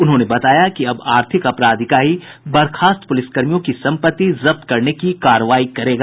उन्होंने बताया कि अब आर्थिक अपराध इकाई बर्खास्त पुलिसकर्मियों की संपत्ति जब्त करने की कार्रवाई करेगा